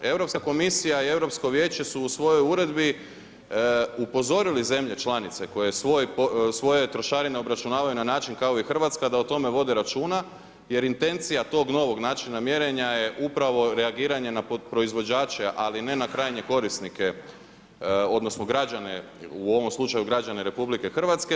Europska komisija i Europsko vijeće su u svojoj uredbi upozorili zemlje članice koje svoje trošarine obračunavaju na način kao i Hrvatska da o tome vode računa jer intencija tog novog načina mjerenja je upravo reagiranje na proizvođače ali ne i na krajnje korisnike, odnosno građane, u ovom slučaju građane RH.